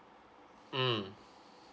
mm